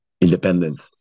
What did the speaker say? independent